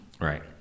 Right